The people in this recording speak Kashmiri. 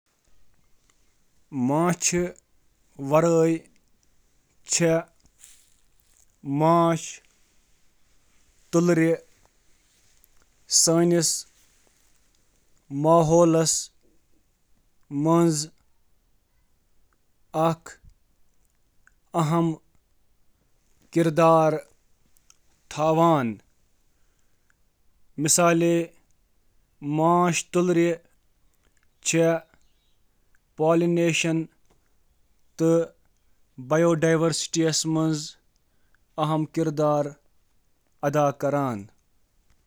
شہد علاوٕ، چھ مۄکھہٕ ماحولیٲتی توازن برقرار تھاونہٕ، حیاتیاتی تنوع ہنٛز حمایت تہٕ زرعی معیشتس فروغ دینہٕ خٲطرٕ مرکزی حیثیت تھاوان۔